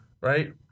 right